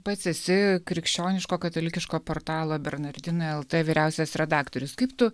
pats esi krikščioniško katalikiško portalo bernardinai lt vyriausias redaktorius kaip tu